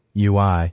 UI